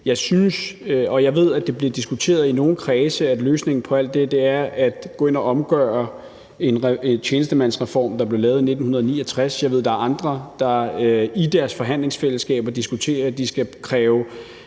Jeg ved, at det er blevet diskuteret i nogle kredse, at løsningen på alt dette er at gå ind og omgøre en tjenestemandsreform, der blev lavet i 1969. Jeg ved, der er andre, der i deres forhandlingsfællesskaber diskuterer, om de skal kræve